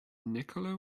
nikola